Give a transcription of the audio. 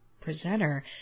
presenter